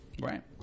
Right